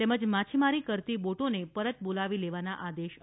તેમજ માછીમારી કરતી બોટોને પરત બોલાવી લેવાના આદેશ અપાયા છે